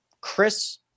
Chris